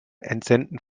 entsenden